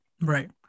Right